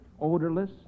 odorless